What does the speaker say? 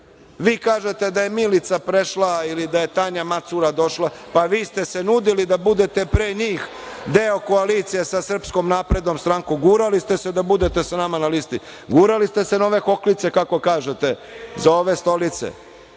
kažete da je Milica prešla ili da je Tanja Macura došla. Pa, vi ste se nudili da budete pre njih deo koalicije sa SNS. Gurali ste se da budete sa nama na listi. Gurali ste se na ove hoklice, kako kažete za ove stolice.